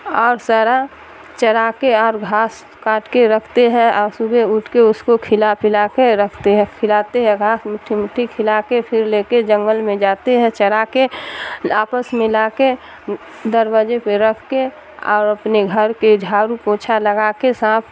اور سارا چرا کے اور گھاس کاٹ کے رکھتے ہیں اور صبح اٹھ کے اس کو کھلا پلا کے رکھتے ہیں کھلاتے ہیں گھاس مٹھی مٹھی کھلا کے پھر لے کے جنگل میں جاتے ہیں چرا کے واپس میں لا کے دروازے پہ رکھ کے اور اپنے گھر کے جھاڑو پوچھا لگا کے صاف